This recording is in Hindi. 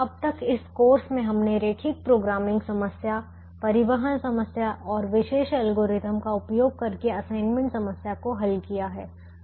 अब तक इस कोर्स में हमने रैखिक प्रोग्रामिंग समस्या परिवहन समस्या और विशेष एल्गोरिदम का उपयोग करके असाइनमेंट समस्या को हल किया है